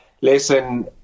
listen